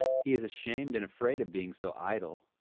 he is ashamed and afraid of being so idle.